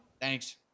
Thanks